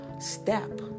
step